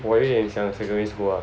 我有点想 secondary school ah